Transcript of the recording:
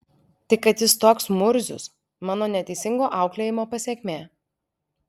tai kad jis toks murzius mano neteisingo auklėjimo pasekmė